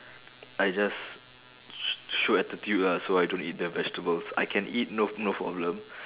I just sh~ show attitude lah so I don't eat the vegetables I can eat no no problem